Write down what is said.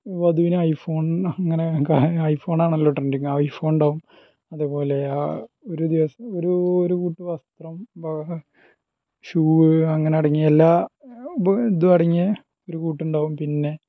വധുവിന് ഐഫോൺ അങ്ങനെ ഐഫോൺ ആണല്ലോ ട്രെൻഡിങ് ഐഫോൺ ഉണ്ടാവും അതേപോലെ ആ ഒരു ദിവസം ഒരൂ ഒരു കൂട്ട് വസ്ത്രം ഷൂവ് അങ്ങനെ അടങ്ങി എല്ലാ ഇത് ഇതുമടങ്ങിയ ഒരു കൂട്ട് ഉണ്ടാവും പിന്നെ